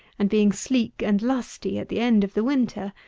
and being sleek and lusty at the end of the winter,